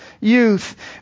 youth